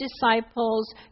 disciples